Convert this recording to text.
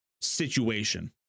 situation